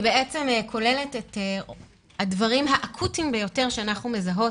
והיא כוללת את הדברים האקוטיים ביותר שאנחנו מזהות